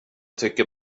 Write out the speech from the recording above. tycker